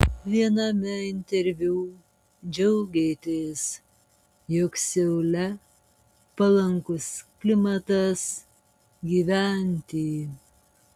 viename interviu džiaugėtės jog seule palankus klimatas gyventi